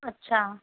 अच्छा